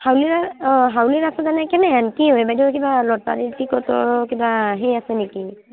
হাউলীৰ অঁ হাউলীৰ ৰাস জানে কেনেহেন কি হয় বাইদেউ কিবা লটাৰীৰ টিকটৰ কিবা সেই আছে নেকি